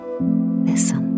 listen